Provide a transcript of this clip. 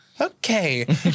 Okay